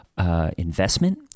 Investment